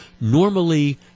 Normally –